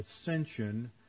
ascension